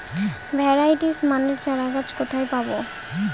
Variety মানের চারাগাছ কোথায় পাবো?